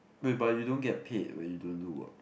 whereby you don't get paid when you don't work